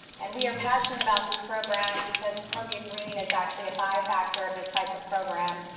and, we are passionate about this program because columbia green is actually a bifactor of this type of program.